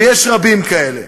ויש רבים כאלה,